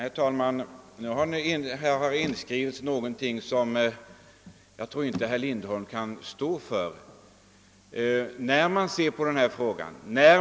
Herr talman! Här har i utskottets formulering inskrivits av herr Ericson i Örebro någonting som jag tror att herr Lindholm inte kan stå för.